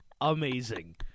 amazing